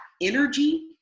energy